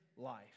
life